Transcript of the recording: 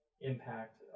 impact